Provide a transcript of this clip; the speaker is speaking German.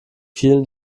vielen